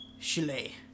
Chile